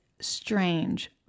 strange